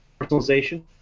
Personalization